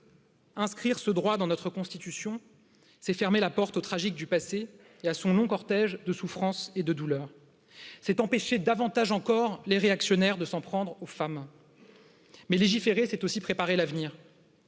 Inscrire ce droit dans notre constitution, c'est fermer la porte au tragique du passé et à son long cortège de souffrances et de douleurs, c'est empêcher davantage encore les réactionnaires de s'en prendre aux femmes mais légiférer c'est aussi préparer l'avenir